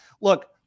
look